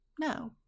No